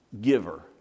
giver